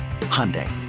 Hyundai